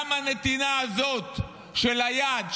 גם בנתינה הזאת של היד,